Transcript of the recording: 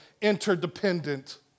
interdependent